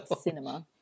cinema